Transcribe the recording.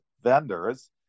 vendors